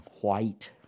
white